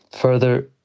Further